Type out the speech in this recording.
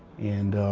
and,